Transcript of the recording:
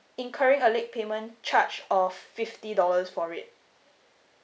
incurring a late payment charge of fifty dollars for it